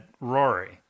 Rory